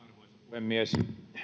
puhemies